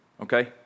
Okay